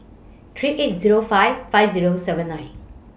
three eight Zero five five Zero seven nine